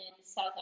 South